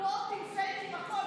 בוט עם פייקים, הכול.